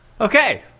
Okay